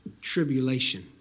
tribulation